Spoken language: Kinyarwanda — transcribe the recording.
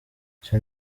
icyo